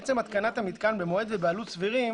בעצם התקנת המתקן במועד ובעלות סבירים